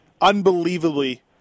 unbelievably